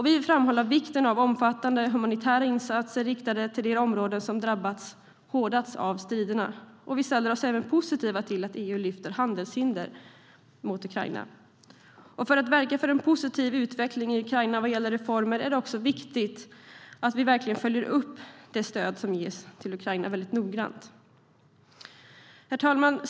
Vi vill framhålla vikten av omfattande humanitära insatser riktade till de områden som drabbats hårdast av striderna. Vi ställer oss även positiva till att EU lyfter fram handelshinder mot Ukraina. För att verka för en positiv utveckling i Ukraina vad gäller reformer är det viktigt att vi verkligen följer upp det stöd som ges till Ukraina mycket noggrant. Herr talman!